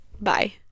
Bye